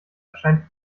erscheint